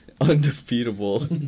undefeatable